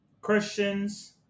Christians